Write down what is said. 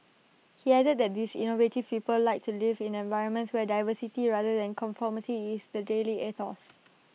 he added that these innovative people like to live in environments where diversity rather than conformity is the daily ethos